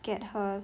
get her